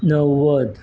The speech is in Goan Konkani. णव्वद